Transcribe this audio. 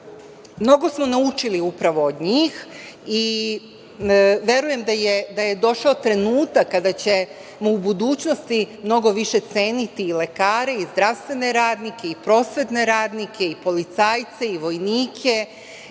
Mnogo smo naučili upravo od njih i verujem da je došao trenutak kada ćemo u budućnosti mnogo više ceniti lekare i zdravstvene radnike, i prosvetne radnike, i policajce, i vojnike,